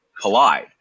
collide